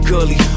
Gully